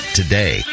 today